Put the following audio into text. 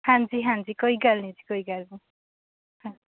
ਹਾਂਜੀ ਹਾਂਜੀ ਕੋਈ ਗੱਲ ਨਹੀਂ ਜੀ ਕੋਈ ਗੱਲ ਨਹੀਂ ਹਾਂ